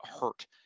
hurt